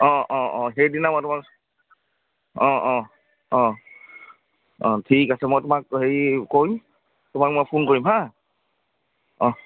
অঁ অঁ অঁ সেইদিনা মই তোমাক অঁ অঁ অঁ অঁ ঠিক আছে মই তোমাক হেৰি কৰিম তোমাক মই ফোন কৰিম হা অঁ